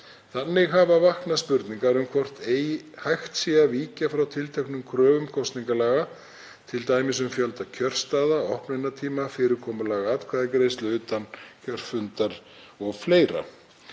Þannig hafa vaknað spurningar um hvort hægt sé að víkja frá tilteknum kröfum kosningalaga, t.d. um fjölda kjörstaða, opnunartíma, fyrirkomulag, atkvæðagreiðslu utan kjörfundar o.fl.